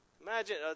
Imagine